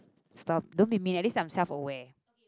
stop don't be mean at least I'm self aware